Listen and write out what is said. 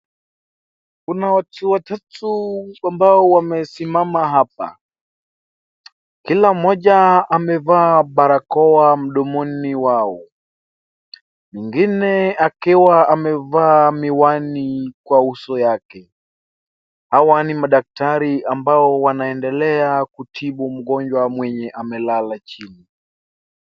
kuna watu watatu ambao wamesimama hapa, kila mmoja amevaa barakoa mdomoni wao mwingine akiwa amevaa miwani kwa uso yake. Hawa ni madaktari ambao wanaendelea kutibu mgonjwa mwenye amelala chini.